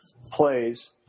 plays